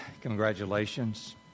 congratulations